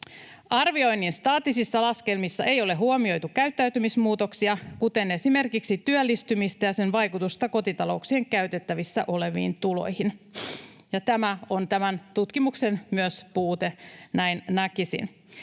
Arvioinnin staattisissa laskelmissa ei ole huomioitu käyttäytymismuutoksia, kuten esimerkiksi työllistymistä ja sen vaikutusta kotitalouksien käytettävissä oleviin tuloihin.” Ja tämä on tämän tutkimuksen myös puute, näin näkisin.